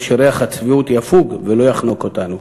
כדי שריח הצביעות יפוג ולא יחנוק אותנו.